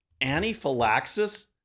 Anaphylaxis